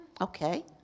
Okay